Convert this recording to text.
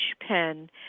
pen